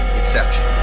exception